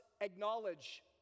acknowledge